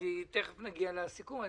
תכף נגיע לסיכום.